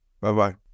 Bye-bye